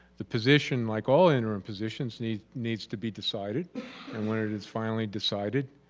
the position like all interim positions needs needs to be decided and when it is finally decided,